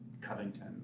Covington